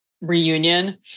reunion